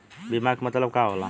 बीमा के मतलब का होला?